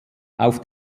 auf